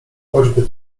choćby